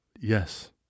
Yes